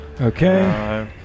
Okay